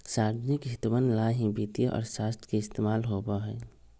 सार्वजनिक हितवन ला ही वित्तीय अर्थशास्त्र के इस्तेमाल होबा हई